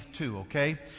okay